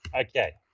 Okay